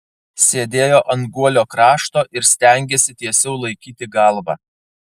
sėdėjo ant guolio krašto ir stengėsi tiesiau laikyti galvą